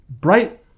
Bright